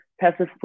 passive